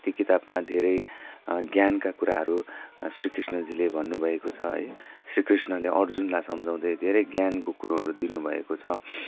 त्यो किताबमा धेरै ज्ञानका कुराहरू श्रीकृष्णजीले भन्नुभएको छ है श्रीकृष्णले अर्जुनलाई सम्झाउँदै धेरै ज्ञानको कुरोहरू दिनुभएको छ